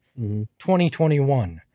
2021